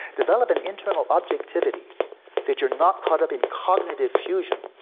develop an internal objectivity that you are not caught up in cognitive fusion,